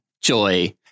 Joy